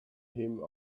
him